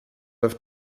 have